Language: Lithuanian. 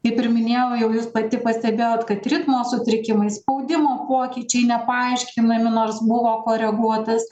kaip ir minėjau jau jūs pati pastebėjot kad ritmo sutrikimai spaudimo pokyčiai nepaaiškinami nors buvo koreguotas